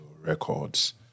records